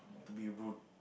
to be a bone